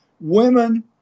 women